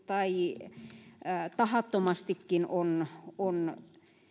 tai tahattomastikin on on